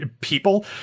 people